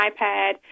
iPad